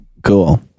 Cool